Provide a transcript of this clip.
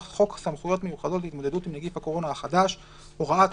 חוק סמכויות מיוחדות להתמודדות עם נגיף הקורונה החדש (הוראת שעה),